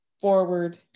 forward